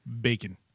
Bacon